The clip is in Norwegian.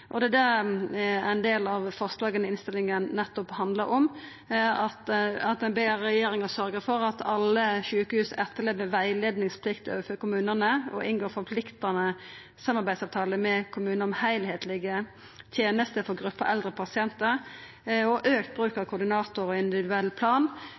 Det er nettopp det ein del av forslaga i innstillinga handlar om, at ein ber regjeringa sørgja for at alle sjukehus etterlever rettleiingsplikta overfor kommunane og inngår forpliktande samarbeidsavtalar med kommunane om heilskaplege tenester for gruppa eldre pasientar, auka bruk av koordinator og individuell plan,